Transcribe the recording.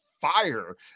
fire